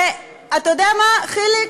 אתה יודע מה, חיליק,